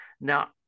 Now